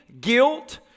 guilt